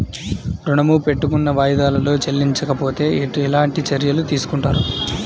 ఋణము పెట్టుకున్న వాయిదాలలో చెల్లించకపోతే ఎలాంటి చర్యలు తీసుకుంటారు?